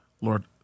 Lord